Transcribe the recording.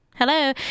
Hello